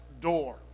door